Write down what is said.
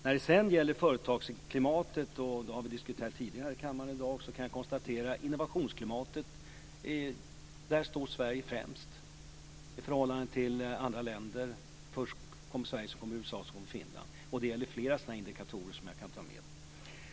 När det sedan gäller företagsklimatet - det har vi diskuterat tidigare här i kammaren i dag - och innovationsklimatet så kan jag konstatera att där står Sverige främst i förhållande till andra länder. Först kommer Sverige, sedan USA och sedan Finland. Och det gäller flera sådana här indikatorer som jag kan ta med.